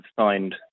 signed